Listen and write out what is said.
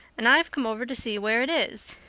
and i've come over to see where it is.